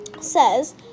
says